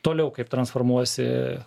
toliau kaip transformuojasi